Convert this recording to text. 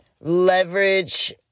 Leverage